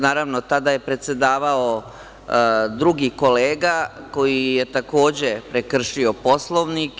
Naravno, tada je predsedavao drugi kolega, koji je takođe prekršio Poslovnik.